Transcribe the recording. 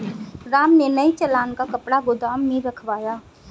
राम ने नए चालान का कपड़ा गोदाम में रखवाया